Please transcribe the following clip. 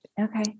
Okay